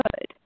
good